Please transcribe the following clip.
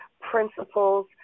principles